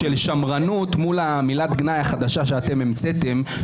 באופן כללי על ההבנה של שמרנות מול מילת הגנאי החדשה שאתם המצאתם,